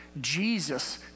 Jesus